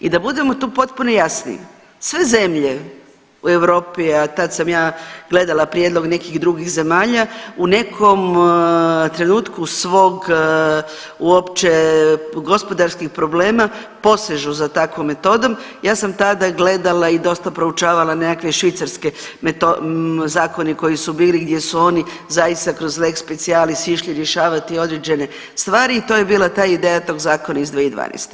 I da budemo tu potpuno jasni, sve zemlje u Europi, a tad sam ja gledala prijedlog nekih drugih zemalja, u nekom trenutku svog uopće gospodarskih problema posežu za takvom metodom, ja sam tada gledala i dosta proučavala nekakve švicarske zakone koji su bili gdje su oni zaista kroz lex specialis išli rješavati određene stvari i to je bila ta ideja tog zakona iz 2012.